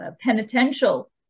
penitential